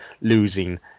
losing